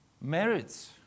merits